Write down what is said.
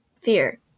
Fear